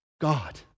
God